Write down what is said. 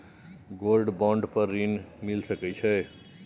Gold bond पर ऋण मिल सके छै?